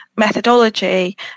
methodology